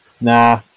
Nah